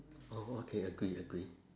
oh okay agree agree